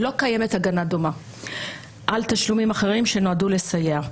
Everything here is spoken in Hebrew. לא קיימת הגנה דומה על תשלומים אחרים שנועדו לסייע.